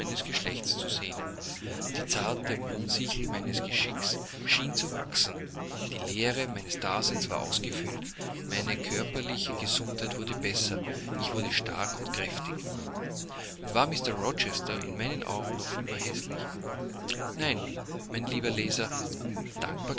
meines geschlechts zu sehnen die zarte mondessichel meines geschicks schien zu wachsen die leere meines daseins war ausgefüllt meine körperliche gesundheit wurde besser ich wurde stark und kräftig und war mr rochester in meinen augen noch immer häßlich nein mein lieber leser